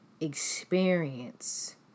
experience